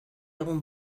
egun